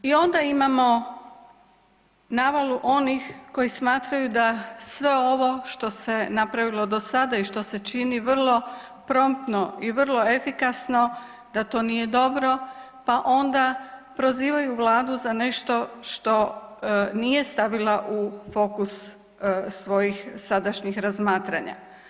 I onda imamo navalu onih koji smatraju da sve ovo što se napravilo do sada i što se čini vrlo promptno i vrlo efikasno da to nije dobro, pa onda prozivaju Vladu za nešto što nije stavila u fokus svojih sadašnjih razmatranja.